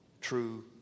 true